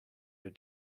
your